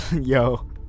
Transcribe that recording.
Yo